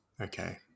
Okay